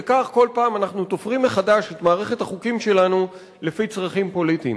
וכך כל פעם אנחנו תופרים מחדש את מערכת החוקים שלנו לפי צרכים פוליטיים.